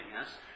Yes